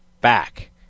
back